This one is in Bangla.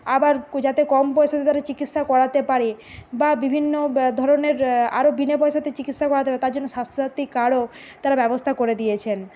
আবার যাতে কম পয়সাতে তারা চিকিৎসা করাতে পারে বা বিভিন্ন ধরনের আরও বিনা পয়সাতে চিকিৎসা করাতে পারে তার জন্য স্বাস্থ্যসাথী কার্ডও তারা ব্যবস্থা করে দিয়েছেন